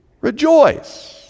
rejoice